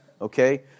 okay